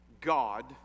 God